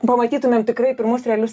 pamatytumėm tikrai pirmus realius